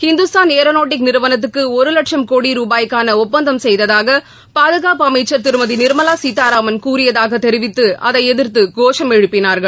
Hindustan aeronautic நிறுவனத்துக்கு ஒரு வட்சம் கோடி ரூபாய்க்கான ஒப்பந்தம் செய்ததாக பாதுகாப்பு அமைச்ச் திருமதி நிர்மலா சீதாராமன் கூறியதாக தெரிவித்து அதை எதிர்த்து கோஷம் எழுப்பினார்கள்